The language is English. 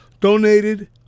donated